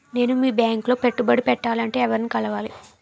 నేను మీ బ్యాంక్ లో పెట్టుబడి పెట్టాలంటే ఎవరిని కలవాలి?